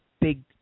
big